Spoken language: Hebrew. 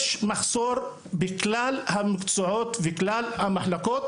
יש מחסור בכלל המקצועות ובכלל המחלקות,